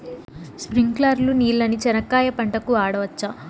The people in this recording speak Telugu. స్ప్రింక్లర్లు నీళ్ళని చెనక్కాయ పంట కు వాడవచ్చా?